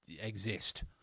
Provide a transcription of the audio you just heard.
exist